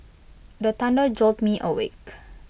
the thunder jolt me awake